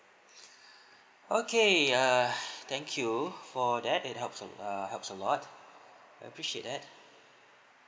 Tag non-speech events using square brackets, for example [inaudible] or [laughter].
[breath] okay err thank you for that it helps a err helps a lot appreciate that